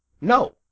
No